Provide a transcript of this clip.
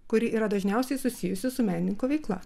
kuri yra dažniausiai susijusi su menininko veikla